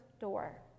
door